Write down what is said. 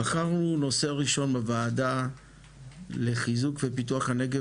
בחרנו נושא ראשון בוועדה לחיזור ופיתוח הנגב